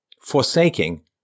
forsaking